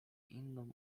inną